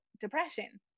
depression